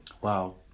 Wow